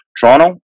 Toronto